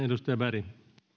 arvoisa